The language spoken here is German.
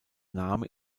name